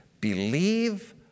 Believe